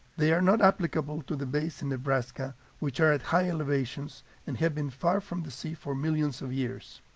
they are not applicable to the bays in nebraska which are at high elevations and have been far from the sea for millions of years.